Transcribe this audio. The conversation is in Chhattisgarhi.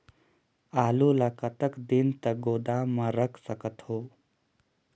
आलू ल कतका दिन तक गोदाम मे रख सकथ हों?